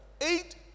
Eight